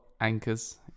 anchors